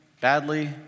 Badly